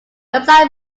website